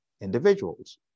individuals